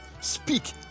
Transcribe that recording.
speak